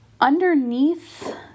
underneath